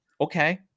Okay